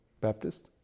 Baptist